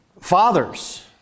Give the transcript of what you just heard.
fathers